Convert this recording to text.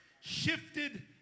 shifted